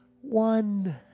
one